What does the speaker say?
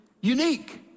unique